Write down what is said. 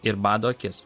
ir bado akis